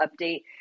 update